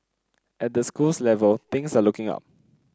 at the schools level things are looking up